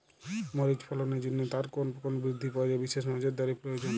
মরিচ ফলনের জন্য তার কোন কোন বৃদ্ধি পর্যায়ে বিশেষ নজরদারি প্রয়োজন?